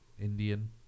Indian